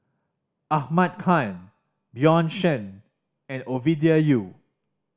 Ahmad Khan Bjorn Shen and Ovidia Yu